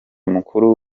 mukuru